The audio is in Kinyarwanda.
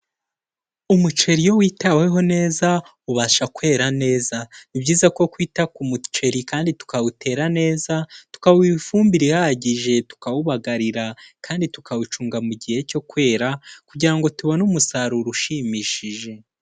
Umuceri iyo witaweho neza ubasha kwera neza, ni byiza ko kwita ku muceri kandi tukawutera neza, tukawuha ifumbire ihagije, tukawubagarira kandi tukawucunga mu gihe cyo kwera kugira ngo tubone umusaruro ushimishije.